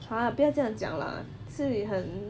!huh! 不要这样子讲啦自己很